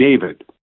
David